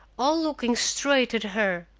all looking straight at her!